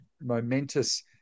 momentous